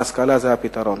ההשכלה היא הפתרון.